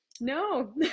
no